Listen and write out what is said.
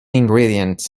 ingredients